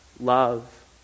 love